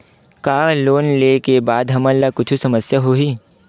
का लोन ले के बाद हमन ला कुछु समस्या होही?